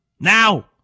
Now